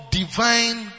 divine